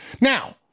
Now